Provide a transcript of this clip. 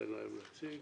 תן להם להציג,